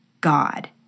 God